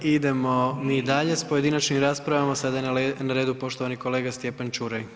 Idemo mi dalje s pojedinačnim raspravama, sada je na redu poštovani kolega Stjepan Čuraj.